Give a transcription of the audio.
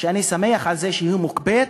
שאני שמח על זה שהיא מוקפאת,